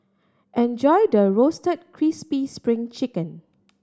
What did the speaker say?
enjoy the Roasted Crispy Spring Chicken